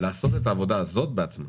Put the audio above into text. לעשות את העבודה הזאת בעצמה